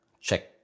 check